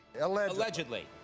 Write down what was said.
Allegedly